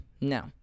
no